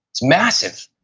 it's massive.